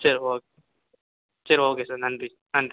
சரி ஓகே சரி okay sir நன்றி நன்றி